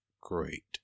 Great